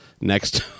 next